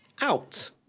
out